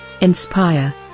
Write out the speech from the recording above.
inspire